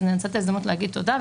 ננצל את ההזדמנות להגיד תודה,